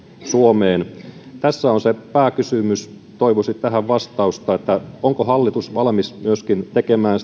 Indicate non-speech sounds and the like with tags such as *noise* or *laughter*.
suomeen tässä on se pääkysymys toivoisin tähän vastausta onko hallitus valmis tekemään *unintelligible*